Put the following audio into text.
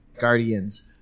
Guardians